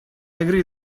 agree